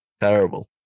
Terrible